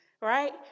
right